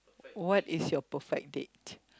what is your perfect date